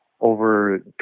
Over